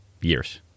years